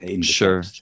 Sure